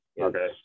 Okay